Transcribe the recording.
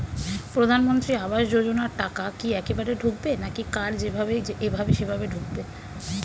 প্রধানমন্ত্রী আবাস যোজনার টাকা কি একবারে ঢুকবে নাকি কার যেভাবে এভাবে সেভাবে ঢুকবে?